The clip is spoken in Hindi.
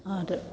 और